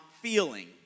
feeling